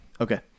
Okay